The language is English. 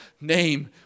name